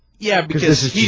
yeah because this is the